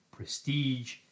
prestige